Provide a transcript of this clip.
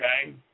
okay